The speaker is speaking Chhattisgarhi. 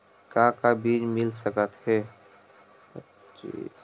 का का बीज मिल सकत हे?